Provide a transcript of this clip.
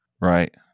Right